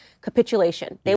capitulation